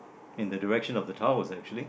in the direction of the towels actually